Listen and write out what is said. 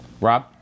Rob